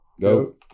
go